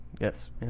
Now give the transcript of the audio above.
Yes